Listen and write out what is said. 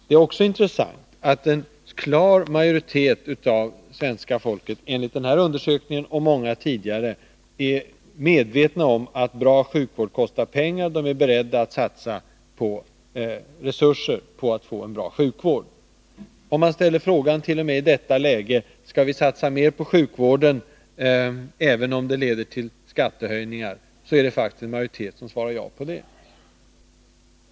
Det är också intressant att en klar majoritet av svenska folket enligt den här undersökningen och många tidigare är medvetna om att bra sjukvård kostar pengar, och de är beredda att satsa resurser på att få en bra sjukvård. Man kan ställa frågan: Skall vi satsa mer på sjukvården, även om det leder till skattehöjningar? Då är det faktiskt en majoritet som svarar ja.